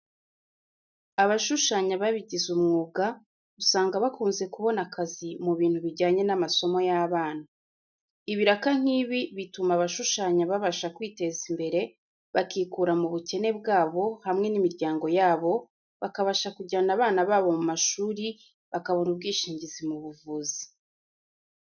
Abashushanya babigize umwuga usanga bakunze kubona akazi mu bintu bijyanye n'amasomo y'abana. Ibiraka nk'ibi bituma abashushanya babasha kwiteza imbere bakikura mu bukene bwabo hamwe n'imiryango yabo, bakabasha kujyana abana babo mu mashuri, bakabona ubwishingizi mu buvuzi.